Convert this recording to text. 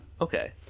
Okay